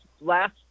last